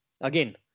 Again